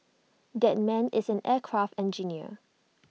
that man is an aircraft engineer